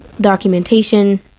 documentation